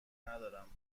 ندارم